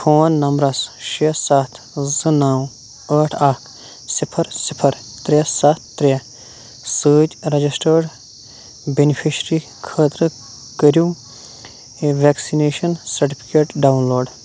phone نمبرس شیٚے سَتھ زٕ نو ٲٹھ اکھ صِفر صِفر ترٛےٚ سَتھ ترٛےٚ سۭتۍ رجسٹرٛٲرڈ بیٚنِفِشری خٲطرٕ کٔرِو ویکسِنیشن سرٹِفکیٹ ڈاؤن لوڈ